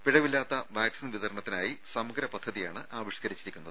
പിഴവില്ലാത്ത vaccine വിതരണത്തിനായി സമഗ്ര പദ്ധതിയാണ് ആവിഷ്ക്കരിച്ചിരിക്കുന്നത്